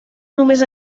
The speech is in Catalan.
només